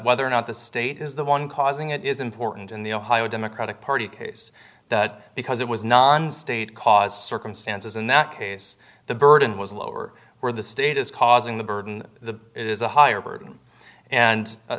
whether or not the state is the one causing it is important in the ohio democratic party case that because it was non state caused circumstances in that case the burden was lower where the state is causing the burden the it is a higher burden and